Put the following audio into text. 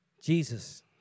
Jesus